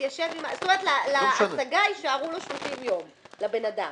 זאת אומרת, להשגה יישארו לו 30 יום לבן אדם.